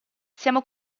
siamo